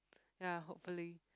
ya hopefully